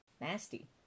Nasty